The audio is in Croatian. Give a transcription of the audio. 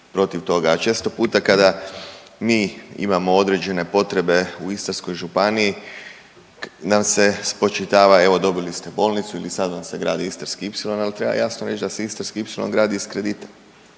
a često puta kada mi imamo određene potrebe u Istarskoj županiji nam se spočitava, evo, dobili ste bolnicu ili sad vam se gradi Istarski ipsilon, ali treba jasno reći da se Istarski ipsilon gradi iz kredita.